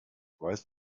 weißt